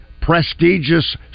prestigious